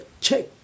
check